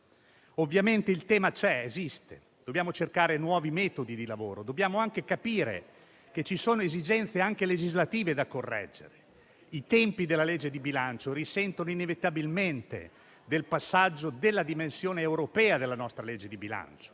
Ovviamente il tema c'è, esiste e dobbiamo cercare nuovi metodi di lavoro. Dobbiamo capire che ci sono esigenze anche legislative da correggere: i tempi del disegno di legge di bilancio risentono inevitabilmente del passaggio della dimensione europea della nostra legge di bilancio.